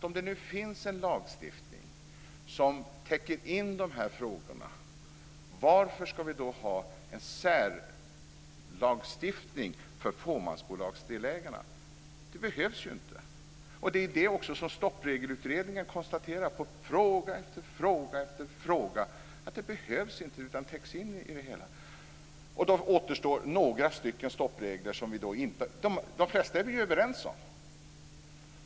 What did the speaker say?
Om det nu finns en lagstiftning som täcker in dessa frågor, varför ska vi då ha en särlagstiftning för delägare i fåmansbolag? Det behövs ju inte, något som också Stoppregelutredningen har konstaterat i fråga efter fråga. Det återstår då några stoppregler varav vi är överens om de flesta.